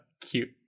cute